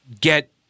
get